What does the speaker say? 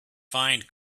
find